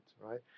right